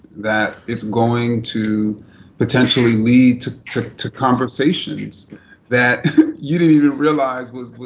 that it's going to potentially lead to to conversations that you didn't even realize was was